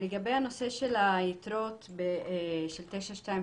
לגבי הנושא של היתרות של 922,